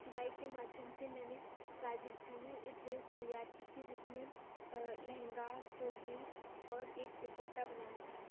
सिलाई के माध्यम से मैंने राजस्थानी एक ड्रेस तैयार की थी जिसमें लहंगा चोली और एक दुपट्टा बनाया था